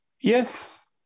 Yes